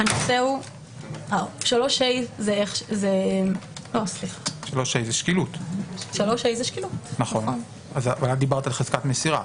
3ה זה שקילות ואת דיברת על חזקת מסירה,